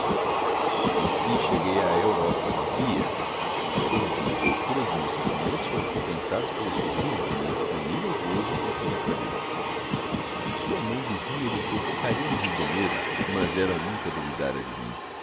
enfim cheguei à europa e vi-a todas as minhas loucuras e os meus sofrimentos foram compensados pelo sorriso de inexprimível gozo com que me acolheu sua mãe dizia-lhe que eu ficaria no rio de janeiro mas ela nunca duvidara de mim